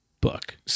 Book